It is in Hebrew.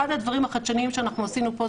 אחד הדברים החדשניים שאנחנו עשינו כאן